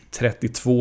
32